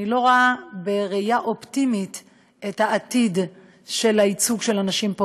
אני לא רואה בראייה אופטימית את העתיד של הייצוג של הנשים פה,